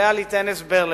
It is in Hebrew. עליה ליתן הסבר לכך.